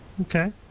Okay